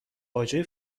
باجه